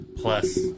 plus